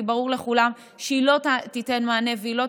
כי ברור לכולם שהיא לא תיתן מענה והיא לא